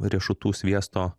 riešutų sviesto